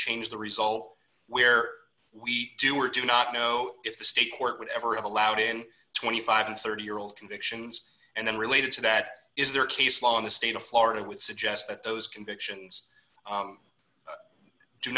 changed the result where we do or do not know if the state court would ever have allowed in twenty five and thirty year old convictions and then related to that is there case law in the state of florida would suggest that those convictions